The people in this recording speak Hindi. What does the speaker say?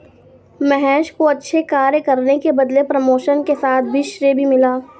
महेश को अच्छे कार्य करने के बदले प्रमोशन के साथ साथ श्रेय भी मिला